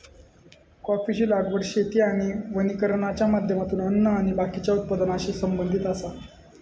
कॉफीची लागवड शेती आणि वानिकरणाच्या माध्यमातून अन्न आणि बाकीच्या उत्पादनाशी संबंधित आसा